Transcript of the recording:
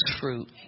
fruit